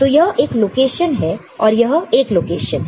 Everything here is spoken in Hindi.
तो यह एक लोकेशन है और यह एक लोकेशन है